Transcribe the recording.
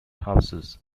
houses